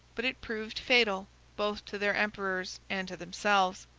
but it proved fatal both to their emperors and to themselves.